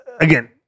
again